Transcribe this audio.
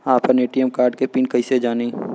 आपन ATM card के PIN कईसे जानी?